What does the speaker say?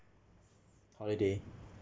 holiday